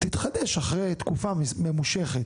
תתחדש אחרי תקופה ממושכת.